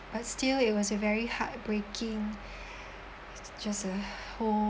but still it was a very heartbreaking just a whole